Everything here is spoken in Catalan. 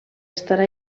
estarà